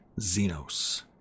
Xenos